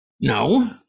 No